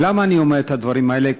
ולמה אני אומר את הדברים האלה?